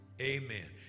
Amen